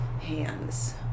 hands